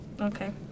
okay